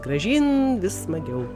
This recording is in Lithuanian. gražyn vis smagiau